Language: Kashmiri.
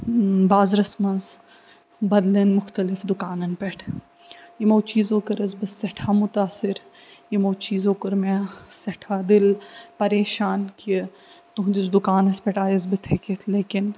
بازرس منٛز بدلٮ۪ن مختلف دُکانن پٮ۪ٹھ یِمو چیٖزو کٔرٕس بہٕ سٮ۪ٹھاہ مُتاثر یِمو چیٖزو کوٚر مےٚ سٮ۪ٹھاہ دِل پریشان کہِ تُہٕنٛدِس دُکانس پٮ۪ٹھ آیس بہٕ تھٮ۪کِتھ لیکِن